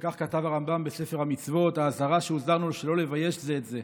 וכך כתב הרמב"ם בספר המצוות: האזהרה שהוזהרנו שלא לבייש זה את זה,